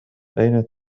أين